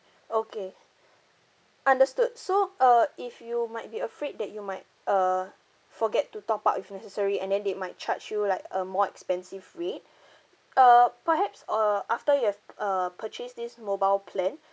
okay understood so err if you might be afraid that you might err forget to top up if necessary and then they might charge you like a more expensive rate err perhaps err after you have err purchase this mobile plan